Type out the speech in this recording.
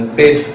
bid